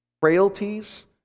frailties